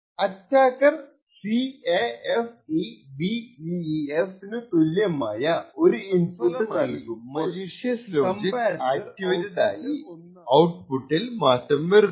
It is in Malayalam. അറ്റാക്കർ 0xCAFEBEEF നു തുല്യമായ ഒരു ഇൻപുട്ട് നല്കുമ്പോൽ കമ്പാരട്ടർ ഔട്ട്പുട്ട് 1 ആവുകയും മലീഷ്യസ് ലോജിക് ആക്ടിവേറ്റഡ് ആയി ഔട്ട്പുട്ട്ഇൽ മാറ്റം വരുത്തും